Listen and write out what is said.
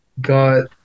got